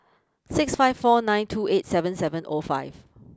six five four nine two eight seven seven O five